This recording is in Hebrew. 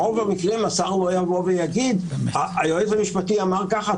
ברוב המקרים השר לא יבוא ויגיד שהיועץ המשפטי אמר ככה,